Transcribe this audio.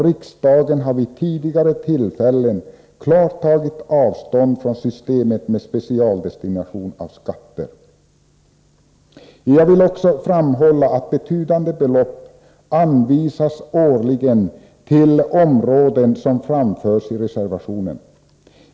Riksdagen har vid tidigare tillfällen klart tagit avstånd från system med specialdestination av skatter. Jag vill också framhålla att betydande belopp årligen anvisas till de områden som nämns i reservationen.